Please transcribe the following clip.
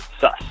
Suss